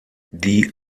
die